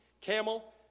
camel